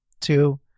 two